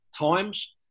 times